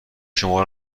شما